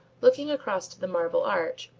looking across to the marble arch,